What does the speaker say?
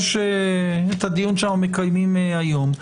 יש את הדיון שאנחנו מקיימים היום,